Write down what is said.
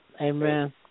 Amen